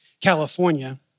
California